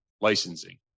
licensing